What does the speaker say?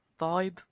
vibe